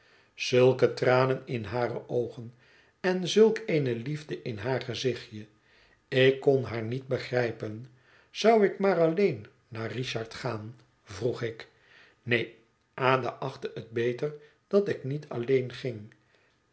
zulke tranen in hare oogen en zulk eene liefde in haar gezichtje ik kon haar niet begrijpen zou ik maar alleen naar richard gaan vroeg ik neen ada achtte het beter dat ik niet alleen ging